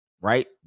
right